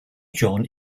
john